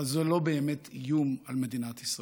אבל זה לא באמת איום על מדינת ישראל.